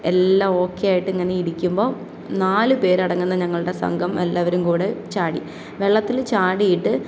എല്ലാം ഓക്കെയായിട്ട് ഇങ്ങനെ ഇരിക്കുമ്പോൾ നാലുപേർ അടങ്ങുന്ന ഞങ്ങളുടെ സംഘം എല്ലാവരും കൂടെ ചാടി വെള്ളത്തിൽ ചാടിയിട്ട്